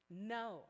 No